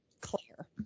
Claire